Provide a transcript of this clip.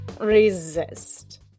resist